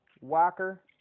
Walker